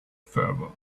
fervor